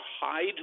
hide